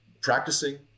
practicing